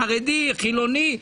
חרדי או חילוני,